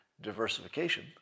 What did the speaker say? diversification